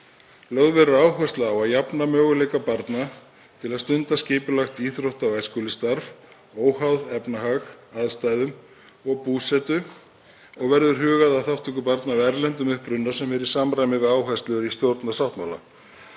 Lögð verður áhersla á að jafna möguleika barna til að stunda skipulagt íþrótta- og æskulýðsstarf óháð efnahag, aðstæðum og búsetu og verður hugað að þátttöku barna af erlendum uppruna sem er í samræmi við áherslur í stjórnarsáttmála.